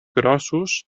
grossos